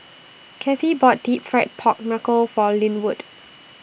Kathi bought Deep Fried Pork Knuckle For Lynwood